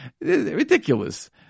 Ridiculous